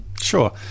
Sure